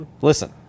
Listen